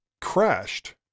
crashed